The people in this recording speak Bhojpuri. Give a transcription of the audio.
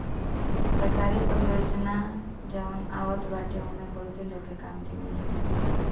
सरकारी परियोजना जवन आवत बाटे ओमे बहुते लोग के काम मिल जाला